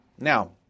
Now